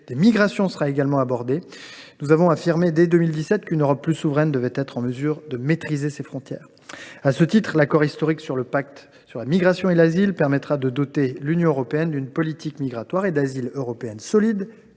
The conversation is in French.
des migrations sera également abordé, nous avons affirmé dès 2017 qu’une Europe plus souveraine devait être en mesure de maîtriser ses frontières. À ce titre, l’accord historique sur le pacte sur la migration et l’asile permettra de doter l’Union européenne d’une politique migratoire et d’asile européenne solide,